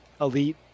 elite